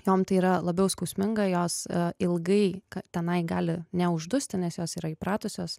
jom tai yra labiau skausminga jos ilgai ka tenai gali neuždusti nes jos yra įpratusios